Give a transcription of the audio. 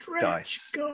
dice